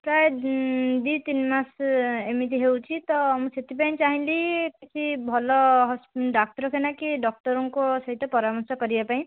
ପ୍ରାୟ ଦୁଇ ତିନି ମାସ ଏମିତି ହେଉଛି ତ ମୁଁ ସେଥିପାଇଁ ଚାହିଁଲି କିଛି ଭଲ ଡାକ୍ତରଖାନା କି ଡକ୍ଟରଙ୍କ ସହିତ ପରାମର୍ଶ କରିବା ପାଇଁ